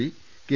P K